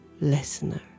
listener